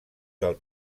del